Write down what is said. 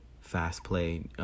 fast-play